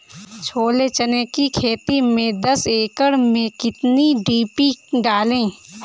छोले चने की खेती में दस एकड़ में कितनी डी.पी डालें?